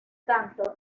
tanto